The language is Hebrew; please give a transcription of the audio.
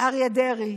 אריה דרעי